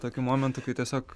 tokių momentų kai tiesiog